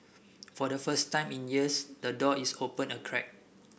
for the first time in years the door is open a crack